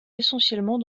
essentiellement